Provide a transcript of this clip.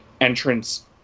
entrance